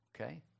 okay